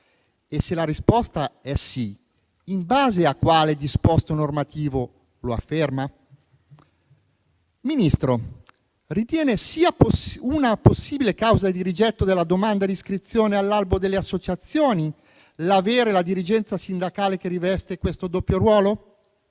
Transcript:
Se la risposta è affermativa, in base a quale disposto normativo lo afferma? Signor Ministro, ritiene una possibile causa di rigetto della domanda di iscrizione all'albo delle associazioni il fatto che la dirigenza sindacale rivesta questo doppio ruolo?